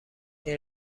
این